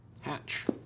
hatch